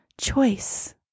choice